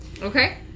Okay